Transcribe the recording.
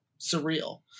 surreal